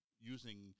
using